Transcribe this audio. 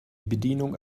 bedienung